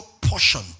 portion